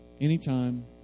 Anytime